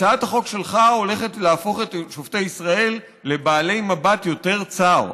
הצעת החוק שלך הולכת להפוך את שופטי ישראל לבעלי מבט יותר צר,